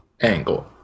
angle